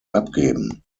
abgeben